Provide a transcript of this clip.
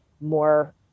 more